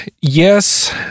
yes